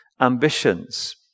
ambitions